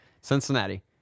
Cincinnati